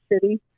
city